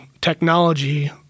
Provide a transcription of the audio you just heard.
technology